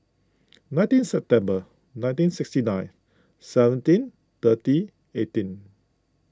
nineteen September nineteen sixty nine seventeen thirty eighteen